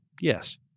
yes